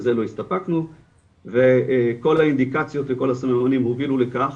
בזה לא הסתפקנו וכל האינדיקציות וכל הסממנים הובילו לכך